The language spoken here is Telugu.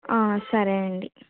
సరే అండి